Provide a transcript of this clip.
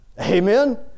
Amen